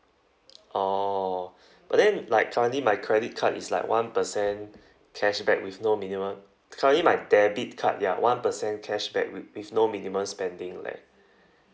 orh but then like currently my credit card is like one percent cashback with no minimum currently my debit card ya one percent cashback with with no minimum spending like